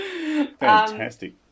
Fantastic